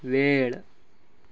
वेळ